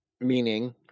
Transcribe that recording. meaning